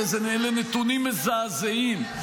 83%. אלה נתונים מזעזעים.